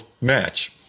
match